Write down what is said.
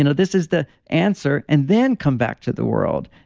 you know this is the answer and then come back to the world.